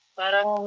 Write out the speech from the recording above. parang